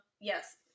yes